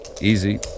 Easy